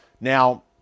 Now